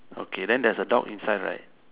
okay then there's a dog inside right